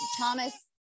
Thomas